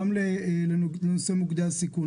גם לנושא מוקדי הסיכון,